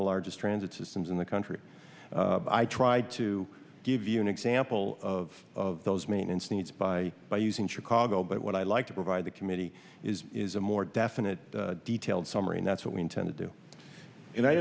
the largest transit systems in the country i tried to give you an example of those maintenance needs by by using chicago but what i'd like to provide the committee is is a more definite detailed summary and that's what we intend to do and i